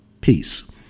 Peace